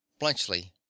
Blunchley